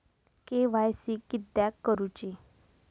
KYC किदयाक करूची?